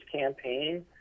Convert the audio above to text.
campaign